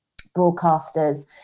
broadcasters